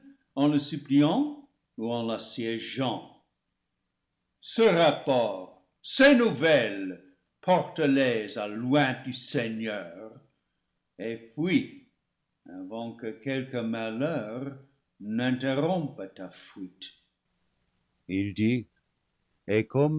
en le suppliant ou en l'assiégeant ce rapport ces nouvelles porte les à l'oint du seigneur et fuis avant que quelque malheur n'interrompe ta fuite il dit et